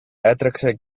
έτρεξε